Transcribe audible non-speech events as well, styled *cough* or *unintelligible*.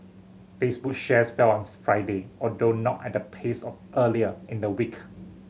Facebook shares fell on *unintelligible* Friday although not at the pace of earlier in the week